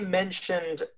mentioned